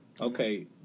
Okay